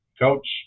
Coach